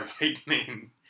lightning